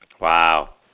Wow